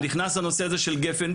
נכנס הנושא הזה של גפ"ן,